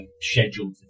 scheduled